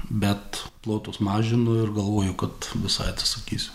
bet plotus mažinu ir galvoju kad visai atsisakysiu